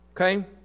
okay